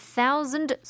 Thousand